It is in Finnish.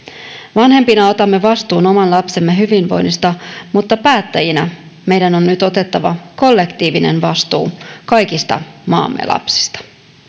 vanhempina otamme vastuun oman lapsemme hyvinvoinnista mutta päättäjinä meidän on nyt otettava kollektiivinen vastuu kaikista maamme lapsista